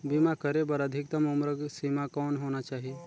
बीमा करे बर अधिकतम उम्र सीमा कौन होना चाही?